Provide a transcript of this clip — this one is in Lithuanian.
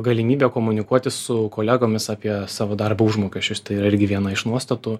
galimybė komunikuoti su kolegomis apie savo darbo užmokesčius tai yra irgi viena iš nuostatų